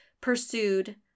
pursued